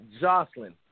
Jocelyn